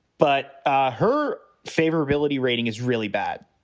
but ah her favourability rating is really bad.